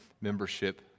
membership